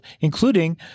including